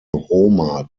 roma